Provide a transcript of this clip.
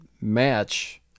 match